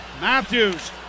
Matthews